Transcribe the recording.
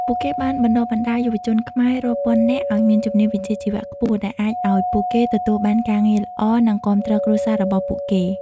ពួកគេបានបណ្តុះបណ្តាលយុវជនខ្មែររាប់ពាន់នាក់ឱ្យមានជំនាញវិជ្ជាជីវៈខ្ពស់ ដែលអាចឱ្យពួកគេទទួលបានការងារល្អ និងគាំទ្រគ្រួសាររបស់ពួកគេ ។